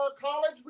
college